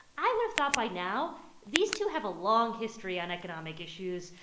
i would have thought by now these two have a long history on economic issues,